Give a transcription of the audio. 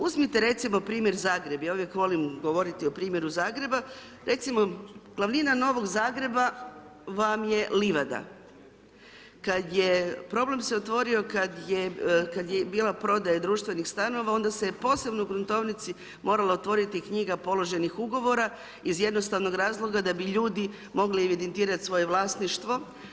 Uzmite recimo primjer Zagreb, ja uvijek volim govoriti o primjeru Zagreba, recimo, glavnina Novog Zagreba vam je livada, kada je, problem se otvorio, kad je bila prodaja društvenih stanova onda se je posebno u gruntovnici moralo otvoriti Knjiga položenih ugovora iz jednostavnog razloga da bi ljudi mogli evidentirati svoje vlasništvo.